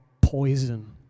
poison